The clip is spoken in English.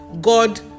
God